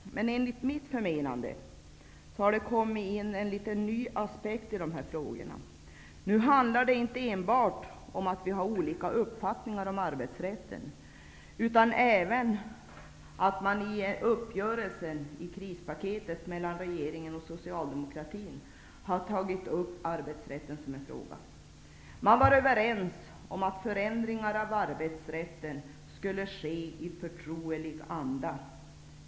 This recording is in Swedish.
Enligt mitt förmenande har det kommit in en ny aspekt på dessa frågor. Det handlar inte längre om att vi enbart har olika uppfattningar om arbetsrätten, utan även om att man i krispaketet, som gjordes upp mellan regeringen och Socialdemokraterna, har tagit upp arbetsrätten som en punkt. Man var överens om att förändringar av arbetsrätten skulle ske i förtrolig anda.